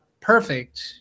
perfect